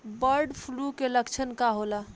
Bird flu के लक्षण का होला?